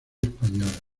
española